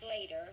later